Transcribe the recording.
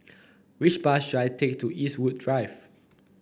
which bus should I take to Eastwood Drive